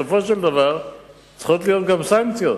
בסופו של דבר צריכות להיות גם סנקציות,